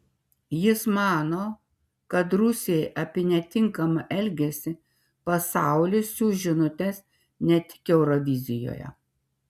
jis mano kad rusijai apie netinkamą elgesį pasaulis siųs žinutes ne tik eurovizijoje